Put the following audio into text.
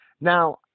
Now